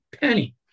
penny